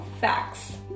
facts